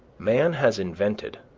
man has invented,